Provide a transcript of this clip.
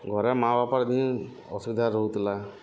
ଘରେ ମାଆ ବାପାର୍ ଦିହି ଅସୁବିଧା ରହୁଥିଲା